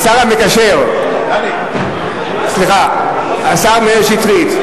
השר המקשר, סליחה, השר מאיר שטרית.